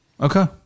Okay